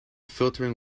filtering